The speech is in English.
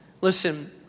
Listen